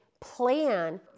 plan